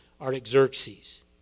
Artaxerxes